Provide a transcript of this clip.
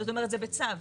זאת אומרת, זה בצו.